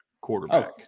quarterback